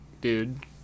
dude